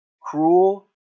Cruel